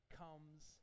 comes